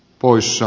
poissa